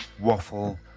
waffle